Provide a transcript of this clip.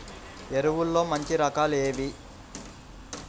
ఎరువుల్లో మంచి రకాలు ఏవి?